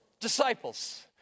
disciples